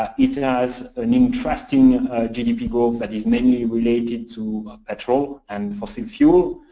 um it and has an interesting and gdp growth that is mainly related to petro and fossil fuel.